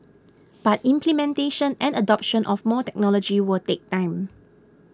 but implementation and adoption of more technology will take time